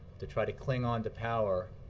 to try to cling onto power